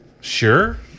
Sure